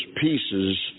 pieces